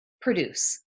Produce